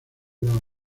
los